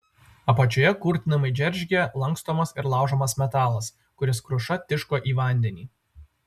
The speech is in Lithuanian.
apačioje kurtinamai džeržgė lankstomas ir laužomas metalas kuris kruša tiško į vandenį